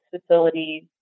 facilities